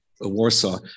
Warsaw